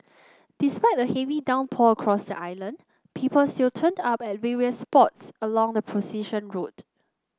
despite a heavy downpour across the island people still turned up at various spots along the procession route